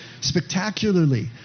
spectacularly